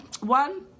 one